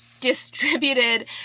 distributed